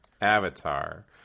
Avatar